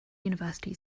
university